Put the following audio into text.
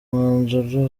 umwanzuro